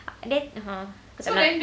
and then uh